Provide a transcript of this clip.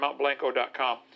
MountBlanco.com